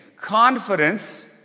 Confidence